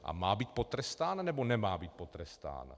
A má být potrestán, nebo nemá být potrestán?